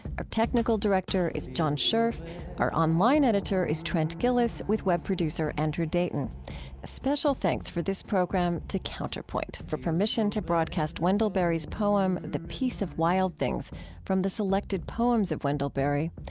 our technical director is john scherf our online editor is trent gilliss, with web producer andrew dayton. a special thanks for this program to counterpoint for permission to broadcast wendell berry's poem the peace of wild things from the selected poems of wendell berry.